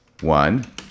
One